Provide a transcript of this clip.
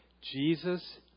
Jesus